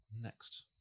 next